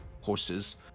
horses